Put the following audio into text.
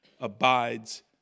abides